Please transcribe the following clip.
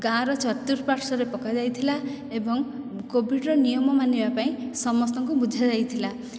ଗାଁର ଚର୍ତୁପାର୍ଶ୍ୱରେ ପକାଯାଇଥିଲା ଏବଂ କୋଭିଡ଼ର ନିୟମ ମାନିବା ପାଇଁ ସମସ୍ତଙ୍କୁ ବୁଝାଯାଇଥିଲା